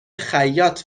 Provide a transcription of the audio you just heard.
خیاط